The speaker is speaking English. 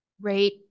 great